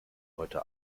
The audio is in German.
heute